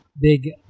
big